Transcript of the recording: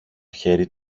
χέρι